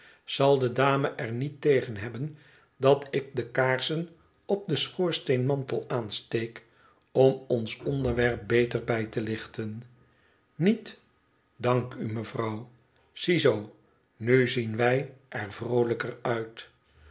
zal de dame er niet tegen hebben dat ik de kaarsen op den schoorsteenmantel aansteek om ons onderwerp beter bij te lichten niet dank u mevrouw ziezoo nu zien wij er vroolijker uit